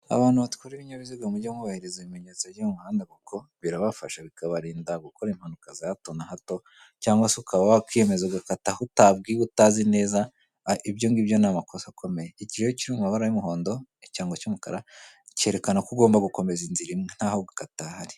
Abantu batwara ibinyabiziga mujye mwubahiriza ibimenyetso by'umuhanda kuko birabafasha bikabarinda gukora impanuka za hato na hato cyangwa se ukaba wakwiyemeza ugakata aho utabwiwe utazi neza ibyongibyo ni amakosa akomeye iki rero kiri mu mabara y'umuhondo ikirango cy'umukara cyerekana ko ugomba gukomeza inzira imwe ntaho gukata hahari.